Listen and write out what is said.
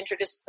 Interdisciplinary